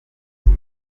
gusa